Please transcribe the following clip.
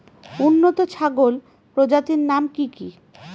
উন্নত ছাগল প্রজাতির নাম কি কি?